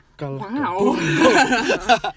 Wow